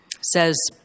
says